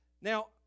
Now